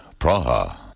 Praha